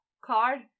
card